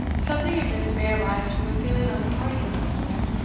something of this may arise from a feeling on the part of the bedesmen,